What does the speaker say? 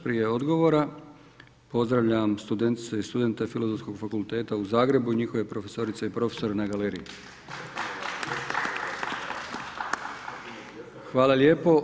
Prije odgovora pozdravljam studentice i studente Filozofskog fakulteta u Zagrebu i njihove profesorice i profesore na galeriji. hvala lijepo.